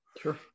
Sure